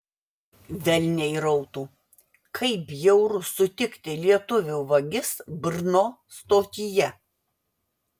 velniai rautų kaip bjauru sutikti lietuvių vagis brno stotyje